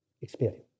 experience